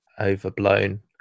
Overblown